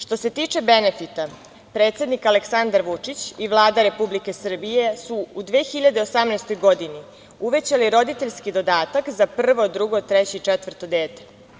Što se tiče benefita, predsednik Aleksandar Vučić i Vlada Republike Srbije su u 2018. godini uvećali roditeljski dodatak za prvo, drugo, treće i četvrto dete.